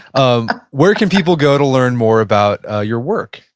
um where can people go to learn more about ah your work?